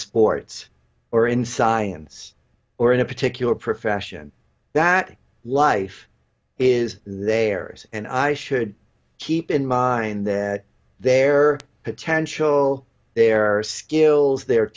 sports or in science or in a particular profession that life is there and i should keep in mind that there are potential there are skills their